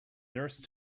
nurse